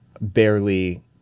barely